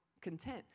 content